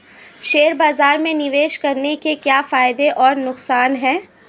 Share बाज़ार में निवेश करने के क्या फायदे और नुकसान हैं?